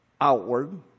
Outward